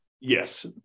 Yes